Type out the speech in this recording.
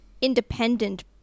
independent